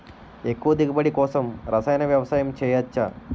ఎక్కువ దిగుబడి కోసం రసాయన వ్యవసాయం చేయచ్చ?